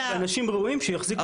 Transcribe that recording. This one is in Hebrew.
אנשים ראויים שיחזיקו את זה בבית.